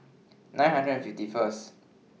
nine hundred and fifty First